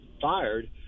fired